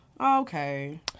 Okay